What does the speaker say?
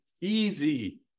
easy